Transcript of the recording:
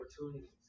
Opportunities